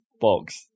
Box